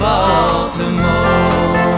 Baltimore